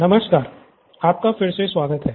नमस्कार आपका फिर से स्वागत है